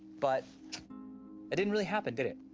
but it didn't really happen, did it?